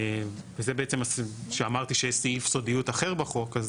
וזה בעצם שאמרתי שיש סעיף סודיות אחר בחוק הזה,